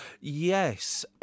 Yes